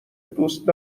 دوست